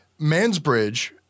Mansbridge